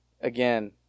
again